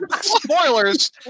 Spoilers